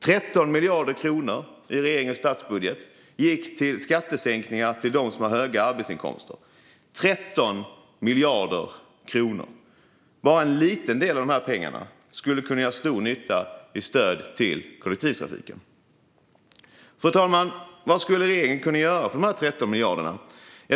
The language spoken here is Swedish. I regeringens statsbudget gick 13 miljarder kronor till skattesänkningar för dem som har höga arbetsinkomster - 13 miljarder kronor! Bara en liten del av dessa pengar skulle kunna göra stor nytta i stöd till kollektivtrafiken. Fru talman! Vad skulle regeringen kunna göra för de 13 miljarderna?